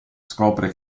scopre